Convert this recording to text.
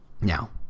Now